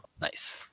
nice